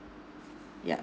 yup